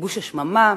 כיבוש השממה?